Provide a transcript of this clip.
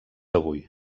avui